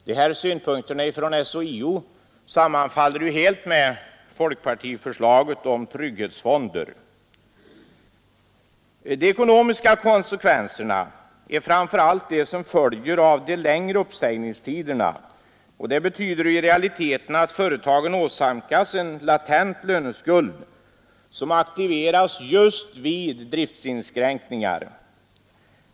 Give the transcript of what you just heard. Dessa synpunkter överensstämmer helt med folkpartiets krav på trygghetsfonder. De ekonomiska konsekvenserna är framför allt de som följer av de längre uppsägningstiderna. Det betyder i realiteten att företagen åsamkas en latent löneskuld som aktiveras just vid driftsinskränkningar.